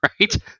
Right